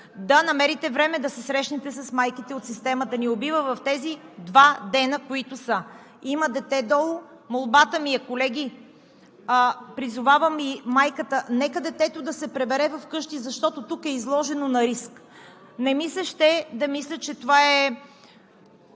да намерите време да се срещнете с майките от „Системата ни убива“ в тези два дни, които са. Има дете долу, колеги, молбата ми е, призовавам и майката: нека детето да се прибере вкъщи, защото тук е изложено на риск. Не ми се иска да мисля, че...